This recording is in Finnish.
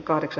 asia